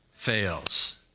fails